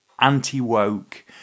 anti-woke